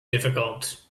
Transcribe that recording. difficult